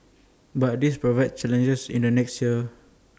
but this proved challenges in the next years